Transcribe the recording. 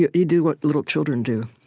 you you do what little children do.